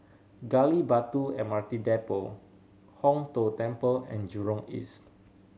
Gali Batu M R T Depot Hong Tho Temple and Jurong East